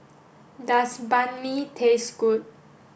does Banh Mi taste good